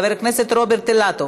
חבר הכנסת רוברט אילטוב,